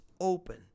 open